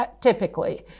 typically